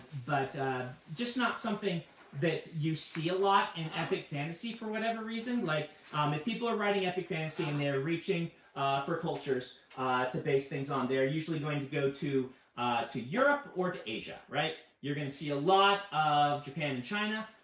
but just not something that you see a lot in epic fantasy, for whatever reason. like um if people are writing epic fantasy and they are reaching for cultures ah to base things on, they are usually going to go to to europe or to asia. you're going to see a lot of japan and china.